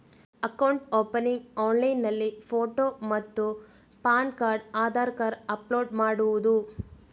Account opening ಆನ್ಲೈನ್ನಲ್ಲಿ photo ಮತ್ತು PAN card Aadhaar card upload ಮಾಡುವುದು?